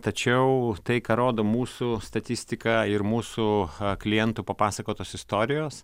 tačiau tai ką rodo mūsų statistika ir mūsų klientų papasakotos istorijos